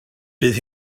bydd